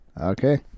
Okay